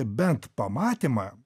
bent pamatymą